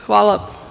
Hvala.